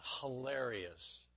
hilarious